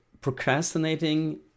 procrastinating